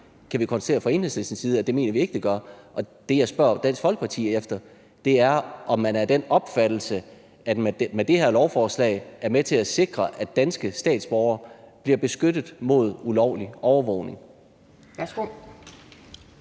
kan jeg jo bare sige fra Enhedslistens side, at det mener vi ikke det gør. Det, jeg spørger Dansk Folkeparti efter, er, om man er af den opfattelse, at det her lovforslag er med til at sikre, at danske statsborgere bliver beskyttet mod ulovlig overvågning.